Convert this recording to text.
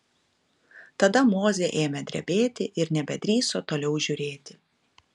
tada mozė ėmė drebėti ir nebedrįso toliau žiūrėti